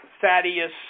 Thaddeus